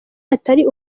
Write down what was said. atari